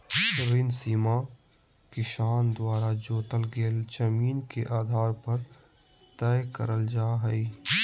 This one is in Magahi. ऋण सीमा किसान द्वारा जोतल गेल जमीन के आधार पर तय करल जा हई